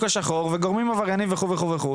השחור וגורמים עברייניים וכו' וכו' וכו'",